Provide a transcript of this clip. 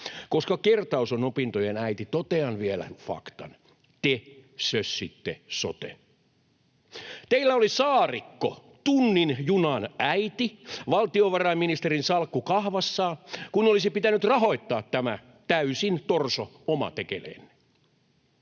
Koska kertaus on opintojen äiti, totean vielä faktan: te sössitte soten. Teillä oli Saarikko, tunnin junan äiti, valtiovarainministerin salkun kahvassa, kun olisi pitänyt rahoittaa tämä täysin torso oma tekeleenne.